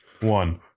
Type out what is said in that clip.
one